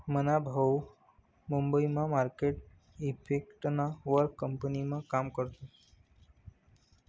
मना भाऊ मुंबई मा मार्केट इफेक्टना वर कंपनीमा काम करस